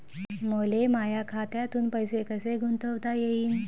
मले माया खात्यातून पैसे कसे गुंतवता येईन?